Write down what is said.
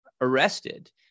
arrested